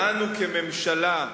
ואנו כממשלה,